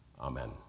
Amen